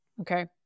okay